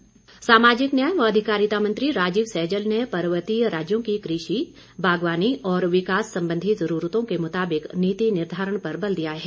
सैजल सामाजिक न्याय व अधिकारिता मंत्री राजीव सैजल ने पर्वतीय राज्यों की कृषि बागवानी और विकास संबंधी जरूरतों के मुताबिक नीति निर्धारण पर बल दिया है